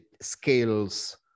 scales